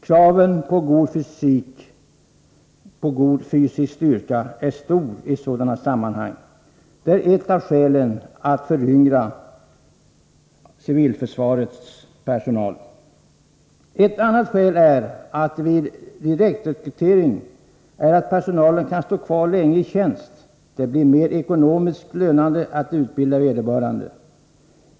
Kraven på god fysisk styrka är stora i sådana sammanhang. Det är ett av skälen till att en föryngring av civilförsvarets personal måste ske. Ett annat skäl är att en person vid direktrekrytering kan stå kvar länge i tjänst, och det blir ekonomiskt lönande att utbilda vederbörande.